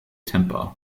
temper